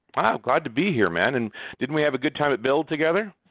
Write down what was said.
wow! glad to be here man. and didn't we have a good time at build together?